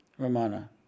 Ramana